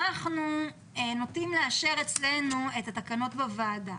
אנחנו נוטים לאשר אצלנו את התקנות בוועדה,